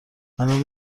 منم